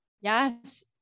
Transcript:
Yes